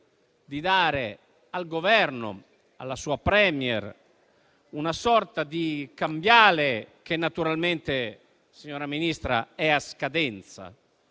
di dare al Governo e alla sua *Premier* una sorta di cambiale, che naturalmente, signora Ministra, è a scadenza,